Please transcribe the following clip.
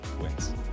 wins